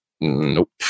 Nope